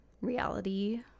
Reality